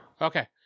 Okay